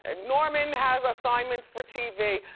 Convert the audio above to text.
ah norman has assignments for tv,